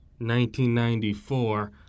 1994